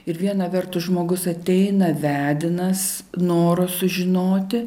ir viena vertus žmogus ateina vedinas noro sužinoti